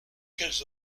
qu’elles